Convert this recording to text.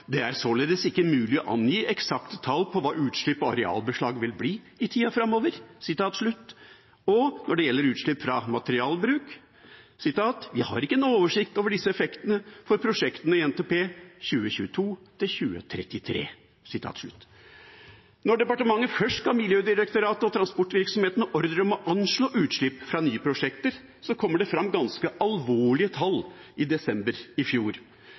er således ikke mulig å angi eksakte tall på hva utslipp og arealbeslag vil bli i tida framover.» Og når det gjelder utslipp fra materialbruk: «Vi har ikke noen oversikt over disse effektene for prosjektene i NTP for 2022–2033.» Når departementet først ga Miljødirektoratet og transportvirksomhetene ordre om å anslå utslipp fra nye prosjekter, kom det fram ganske alvorlige tall i desember i fjor.